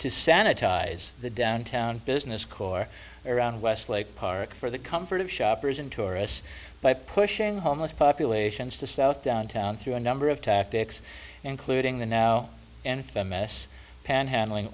to sanitize the downtown business core around westlake park for the comfort of shoppers and tourists by pushing homeless populations to south downtown through a number of tactics including the now infamous panhandling